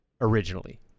originally